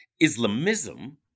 Islamism